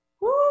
Woo